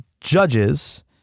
judges